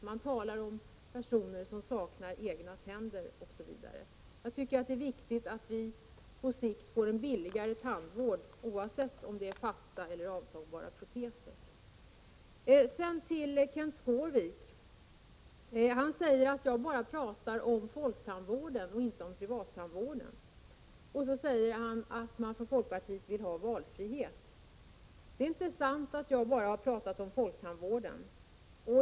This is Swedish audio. Man talar om personer som saknar egna tänder osv. Det är viktigt att vi på sikt får en billigare tandvård, oavsett om det gäller fasta eller avtagbara proteser. Kenth Skårvik säger att jag bara pratar om folktandvården och inte om privattandvården. Han säger vidare att man från folkpartiets sida vill ha valfrihet. Det är inte sant att jag bara skulle ha pratat om folktandvården.